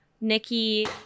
nikki